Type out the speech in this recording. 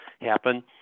happen